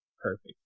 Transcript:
Perfect